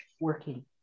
working